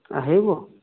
আহিব